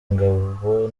ingabo